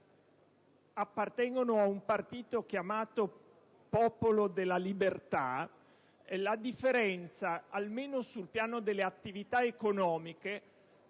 appartengono ad un partito chiamato "Popolo della Libertà" la differenza, almeno sul piano delle attività economiche,